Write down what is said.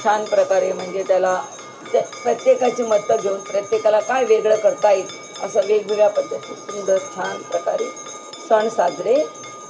छान प्रकारे म्हणजे त्याला ते प्रत्येकाची मत घेऊन प्रत्येकाला काय वेगळं करता येईल असं वेगवेगळ्या पद्धती सुंदर छान प्रकारे सण साजरे